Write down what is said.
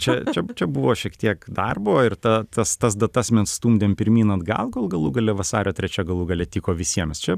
čia čia čia buvo šiek tiek darbo ir ta tas tas datas mes stumdėm pirmyn atgal kol galų gale vasario trečia galų gale tiko visiems čia